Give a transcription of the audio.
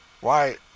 Why